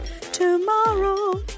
Tomorrow